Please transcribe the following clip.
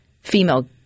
female